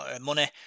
money